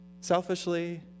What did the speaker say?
Selfishly